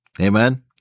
Amen